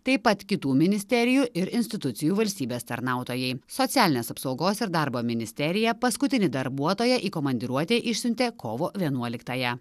taip pat kitų ministerijų ir institucijų valstybės tarnautojai socialinės apsaugos ir darbo ministerija paskutinį darbuotoją į komandiruotę išsiuntė kovo vienuoliktąją